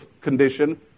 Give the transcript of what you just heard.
condition